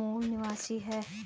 मूल निवासी है